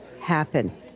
happen